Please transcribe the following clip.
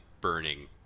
burning